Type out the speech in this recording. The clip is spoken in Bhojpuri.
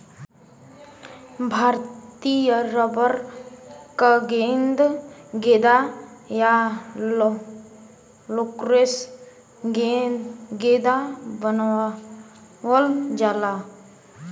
भारतीय रबर क गेंदा या लैक्रोस गेंदा बनावल जाला